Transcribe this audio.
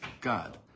God